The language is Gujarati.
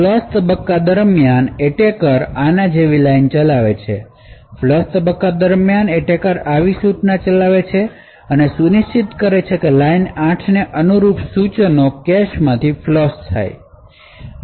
ફ્લશ તબક્કા દરમિયાન એટેકર આની જેમ લાઇન ચલાવે છે ફ્લશ તબક્કા દરમ્યાન એટેકર આવી સૂચના ચલાવે છે અને સુનિશ્ચિત કરે છે કે લાઇન 8 ને અનુરૂપ સૂચનો કેશ માંથી ફ્લશ થાય છે